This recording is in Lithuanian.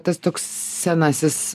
tas toks senasis